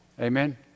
Amen